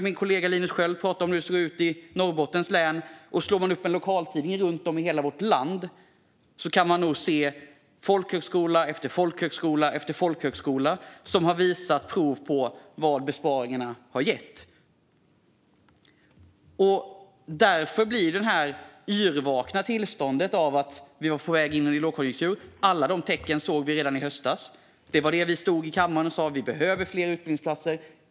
Min kollega Linus Sköld pratade om hur det ser ut i Norrbottens län, och slår man upp en lokaltidning var som helst i landet kan man nog se folkhögskola efter folkhögskola som har visat hur besparingarna har slagit. Därför blir det här att vi var på väg in i en lågkonjunktur yrvaket. Alla de tecknen såg vi ju redan i höstas. Det var det vi stod i kammaren och sa: Vi behöver fler utbildningsplatser.